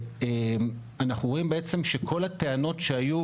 אנחנו רואים בעצם שכל הטענות שהיו,